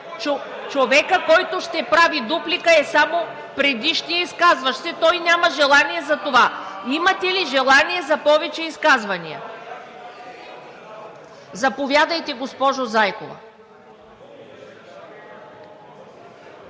Човекът, който ще прави дуплика, е само предишният изказващ се, а той няма желание за това. (Шум и реплики.) Имате ли желание за повече изказвания? Заповядайте, госпожо Зайкова.